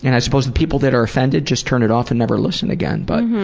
and i suppose the people that are offended just turn it off and never listen again. but